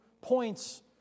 points